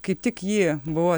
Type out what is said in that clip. kaip tik ji buvo